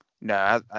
No